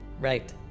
right